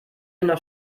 nach